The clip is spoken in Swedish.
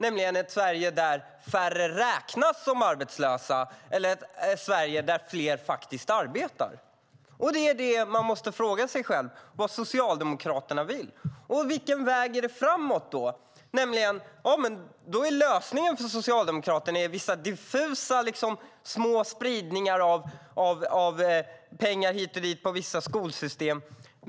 Är det ett Sverige där färre räknas som arbetslösa, eller är det ett Sverige där fler faktiskt arbetar? Det är det man måste fråga sig: Vad vill Socialdemokraterna? Vilken väg leder framåt? Socialdemokraternas lösning är vissa diffusa små spridningar av pengar hit eller dit på vissa skolsystem.